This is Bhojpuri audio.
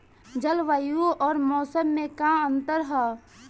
जलवायु अउर मौसम में का अंतर ह?